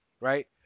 Right